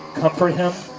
comfort him,